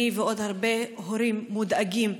אני ועוד הרבה הורים מודאגים.